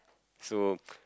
so